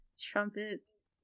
Trumpets